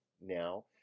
now